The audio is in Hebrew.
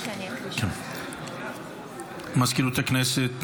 מזכירות הכנסת,